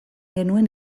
genuen